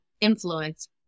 influence